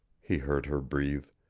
he heard her breathe.